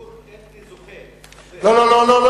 לא, לא, לא.